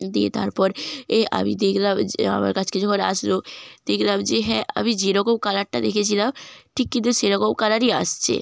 দিয়ে তারপর এ আমি দেখলাম যে আমার কাছকে যখন আসলো দেখলাম যে হ্যাঁ আমি যেরকম কালারটা দেখেছিলাম ঠিক কিন্তু সেরকম কালারই আসছে